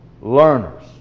Learners